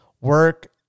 work